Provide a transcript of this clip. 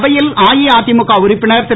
சபையில் அஇஅதிமுக உறுப்பினர் திரு